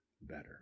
better